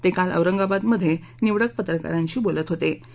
ते काल औरंगाबाद इथं निवडक पत्रकारांशी बोलत हाते